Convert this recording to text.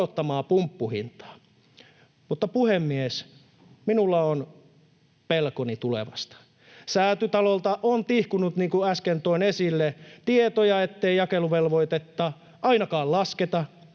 korottamaa pumppuhintaa. Mutta, puhemies, minulla on pelkoni tulevasta. Säätytalolta on tihkunut tietoja, niin kuin äsken toin esille, ettei jakeluvelvoitetta ainakaan lasketa.